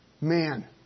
man